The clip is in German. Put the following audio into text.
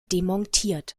demontiert